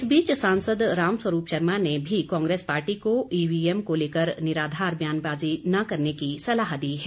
इस बीच सांसद रामस्वरूप शर्मा ने भी कांग्रेस पार्टी को ईवीएम को लेकर निराधार बयानबाजी न करने की सलाह दी है